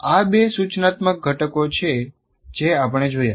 આ બે સૂચનાત્મક ઘટકો છે જે આપણે જોયા